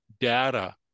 data